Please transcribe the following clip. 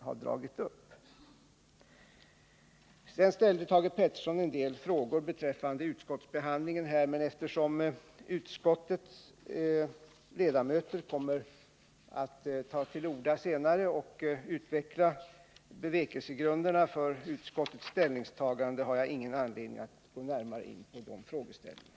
Thage Peterson ställde också en del frågor beträffande utskottsbehandlingen, men eftersom utskottets ledamöter kommer att ta till orda senare i debatten och utveckla bevekelsegrunderna för utskottets ställningstaganden har jag ingen anledning att gå närmare in på de frågorna.